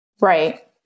Right